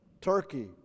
Turkey